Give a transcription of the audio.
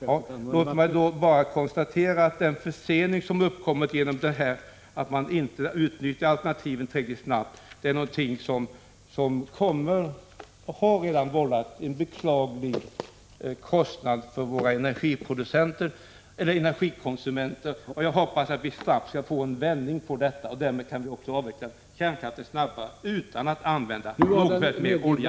Herr talman! Låt mig då bara få konstatera att den försening som uppkommit genom att man inte tillräckligt snabbt utnyttjar alternativen kommer att vålla och har redan vållat en beklaglig kostnad för våra energikonsumenter. Jag hoppas att vi strax skall få en vändning i denna fråga. Därmed kan vi också snabbare avveckla kärnkraften — utan att använda mer olja.